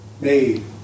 made